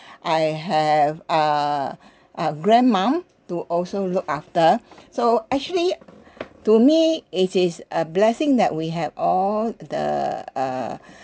I have uh a grandma to also look after so actually to me it is a blessing that we have all the uh